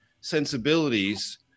sensibilities